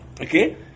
Okay